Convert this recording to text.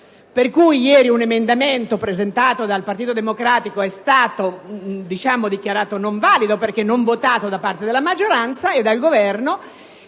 testo: ieri un emendamento, presentato dal Partito Democratico, è stato dichiarato non valido, perché non votato da parte della maggioranza e del Governo.